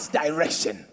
direction